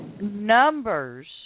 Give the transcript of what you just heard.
numbers